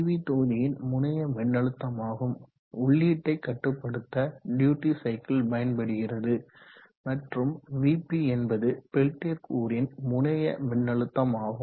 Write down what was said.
we தொகுதியின் முனைய மின்னழுத்தமாகும் உள்ளீட்டை கட்டுப்படுத்த டியூட்டி சைக்கிள் பயன்படுகிறது மற்றும் Vp என்பது பெல்டியர் கூறின் முனைய மின்னழுத்தம் ஆகும்